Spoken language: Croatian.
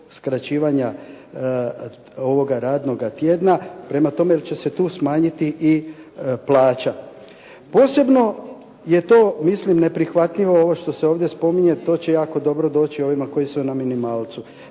skraćivanje ovoga radnoga tjedna, prema tome će se tu smanjiti i plaća. Posebno je to mislim neprihvatljivo ovo što se ovdje spominje, to će jako dobro doći ovima koji su na minimalcu.